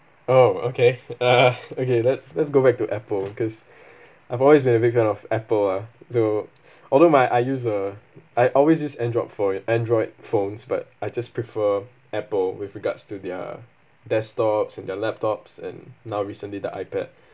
oh okay okay let's let's go back to Apple because I've always been a big fan of Apple lah so although my I use uh I always use Android for ya Android phones but I just prefer Apple with regards to their desktops and their laptops and now recently the iPad